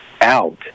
out